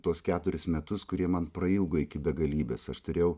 tuos keturis metus kurie man prailgo iki begalybės aš turėjau